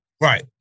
Right